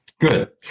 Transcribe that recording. Good